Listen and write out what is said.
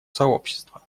сообщества